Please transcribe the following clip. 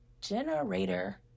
generator